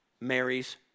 Mary's